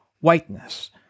whiteness